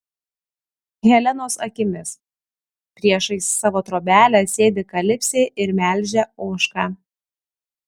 helenos akimis priešais savo trobelę sėdi kalipsė ir melžia ožką